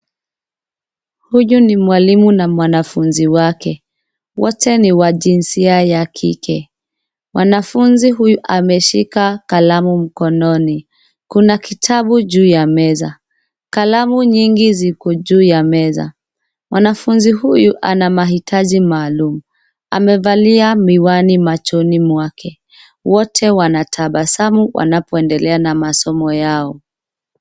Huyu ni mwalimu na mwanafunzi wake. Wote ni wa jinsia ya kike. Mwanafunzi huyu ameshika kalamu mkononi, kuna kitabu juu ya meza. Kalamu nyingi ziko juu ya meza. Mwanafunzi huyu ana mahitaji maalum, amevalia miwani machoni mwake. Wote wanatabasamu wanapoendelea na masomo yao.